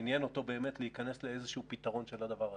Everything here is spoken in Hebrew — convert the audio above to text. שעניין אותו באמת להיכנס לאיזשהו פתרון של הדבר הזה.